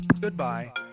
Goodbye